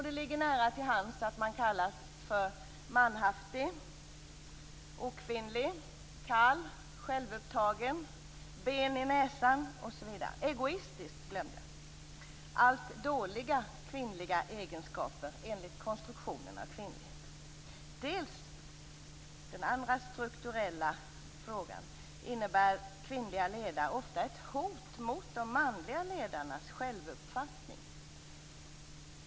Det ligger nära till hands att man sägs vara manhaftig, okvinnlig, kall, självupptagen och egoistisk och ha ben i näsan - allt dåliga kvinnliga egenskaper, enligt konstruktionen av kvinnlighet. För det andra innebär kvinnliga ledare ofta ett hot mot de manliga ledarnas självuppfattning.